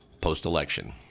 post-election